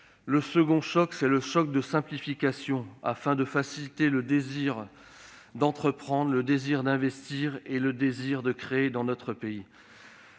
Le second choc, c'est un choc de simplification. Il s'agit de faciliter le désir d'entreprendre, d'investir et de créer dans notre pays.